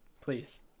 Please